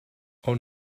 all